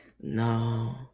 No